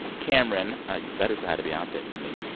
cameron, ah you better say hi to beyonce for me.